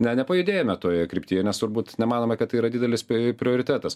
ne nepajudėjome toje kryptyje nes turbūt nemanome kad tai yra didelis pi prioritetas